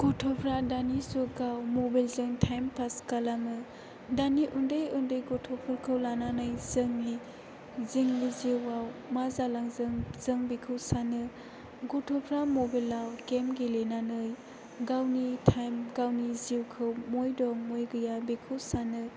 गथ'फ्रा दानि जुगाव मबाइलजों टाइम पास खालामो दानि उन्दै उन्दै गथ'फोरखौ लानानै जोंनि जिउआव मा जालांदों जों बेखौ सानो गथ'फ्रा मबाइलाव गेम गेलेनानै गावनि टाइम गावनि जिउखौ बबाव दं बबाव गैया बेखौ सानो